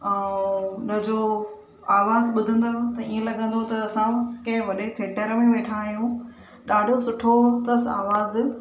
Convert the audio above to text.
ऐं उन जो आवाज़ु ॿुधंदव त ईअं लॻंदो त असां कंहिं वॾे थिएटर में वेठा आहियूं ॾाढो सुठो अथसि आवाज़ु